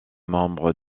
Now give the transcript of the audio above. membre